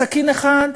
סכין אחד,